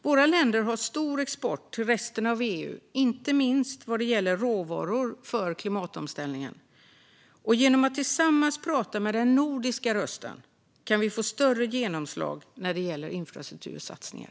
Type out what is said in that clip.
Våra länder har stor export till resten av EU, inte minst vad gäller råvaror för klimatomställningen, och genom att tillsammans prata med den nordiska rösten kan vi få större genomslag när det gäller infrastruktursatsningar.